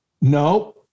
no